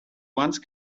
once